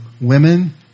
women